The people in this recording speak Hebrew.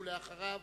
ואחריו,